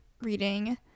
reading